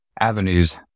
avenues